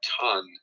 ton